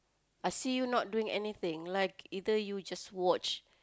I see you not doing anything like either you just watch